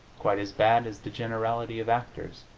quite as bad as the generality of actors.